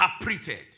interpreted